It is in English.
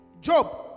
Job